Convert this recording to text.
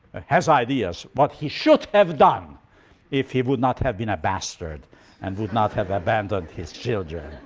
has ideas what he should have done if he would not have been a bastard and would not have abandoned his children.